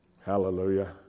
Hallelujah